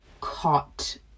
caught